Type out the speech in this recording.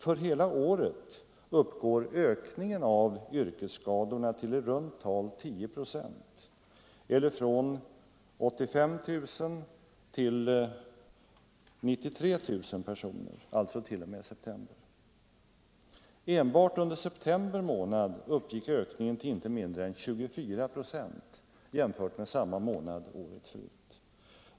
För hela året t.o.m. september uppgår ökningen av yrkesskadorna till i runt tal 10 procent, eller från 85 000 till 93 000 personer. Enbart under september uppgick ökningen till inte mindre än 24 procent jämfört med samma månad året förut.